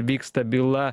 vyksta byla